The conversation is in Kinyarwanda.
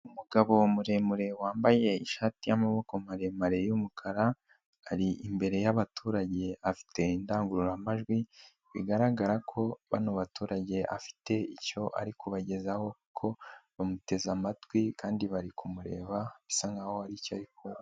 Umugabo muremure wambaye ishati y'amaboko maremare y'umukara, ari imbere y'abaturage afite indangururamajwi, bigaragara ko aba baturage afite icyo ari kubagezaho kulko bamuteze amatwi kandi bari kumureba bisa nkaho hari icyo akora.